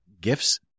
gifts